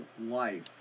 life